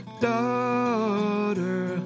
daughter